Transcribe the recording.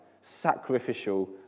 Sacrificial